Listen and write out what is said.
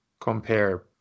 compare